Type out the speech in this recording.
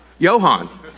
Johan